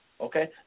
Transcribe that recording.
okay